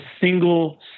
single